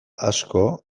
asko